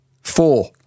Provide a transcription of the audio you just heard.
Four